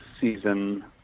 season